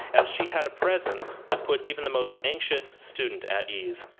as she had a presence that put even the most anxious student at ease.